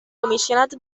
comissionat